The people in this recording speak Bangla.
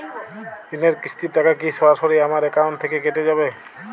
ঋণের কিস্তির টাকা কি সরাসরি আমার অ্যাকাউন্ট থেকে কেটে যাবে?